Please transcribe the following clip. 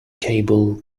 cable